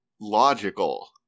logical